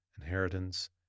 inheritance